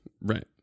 Right